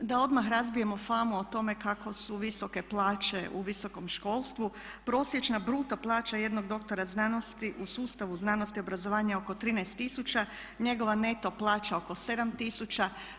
Da odmah razbijemo famu o tome kako su visoke plaće u visokom školstvu, prosječna bruto plaća jednog doktora znanosti u sustavu znanosti, obrazovanja je oko 13 tisuća, njegova neto plaća oko 7 tisuća.